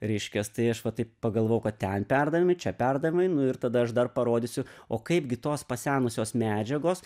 reiškias tai aš va taip pagalvojau kad ten perdavimai čia perdavimai nu ir tada aš dar parodysiu o kaip gi tos pasenusios medžiagos